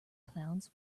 clowns